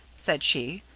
said she.